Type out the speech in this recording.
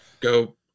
Go